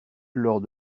lors